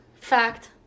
Fact